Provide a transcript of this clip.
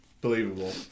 believable